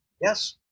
yes